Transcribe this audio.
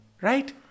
Right